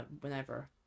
whenever